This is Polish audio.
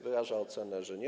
Wyraża ocenę, że nie.